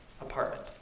apartment